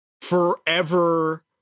forever